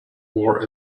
war